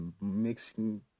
mixing